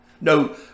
No